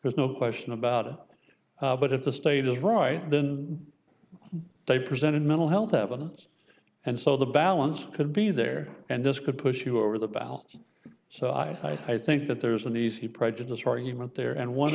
there's no question about it but if the state is right then they presented mental health evidence and so the balance could be there and this could push you over the ballots so i think that there's an easy prejudice argument there and one